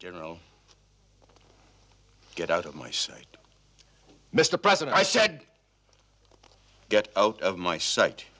general get out of my sight mr president i said get out of my sight